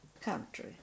country